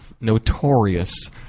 notorious